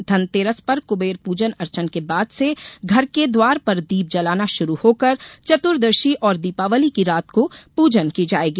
धन तेरस पर कुबेर पूजन अर्चन के बाद से घर के द्वार पर दीप जलाना शुरु होकर चतुदर्शी और दीपावली की रात को पूजन की जाएगी